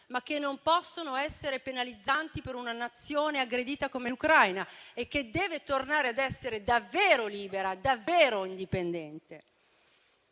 ma che non possono essere penalizzanti per una Nazione aggredita come l'Ucraina, che deve tornare ad essere davvero libera, davvero indipendente.